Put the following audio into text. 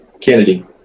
Kennedy